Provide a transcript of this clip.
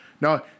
No